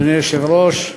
אדוני היושב-ראש,